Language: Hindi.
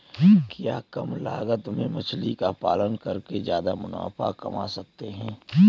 क्या कम लागत में मछली का पालन करके ज्यादा मुनाफा कमा सकते हैं?